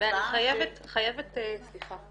אני מבינה שיש היערכות משמעותית.